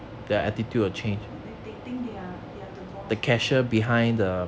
they they they think that they're they're the boss